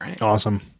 Awesome